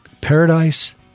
Paradise